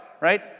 right